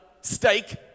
steak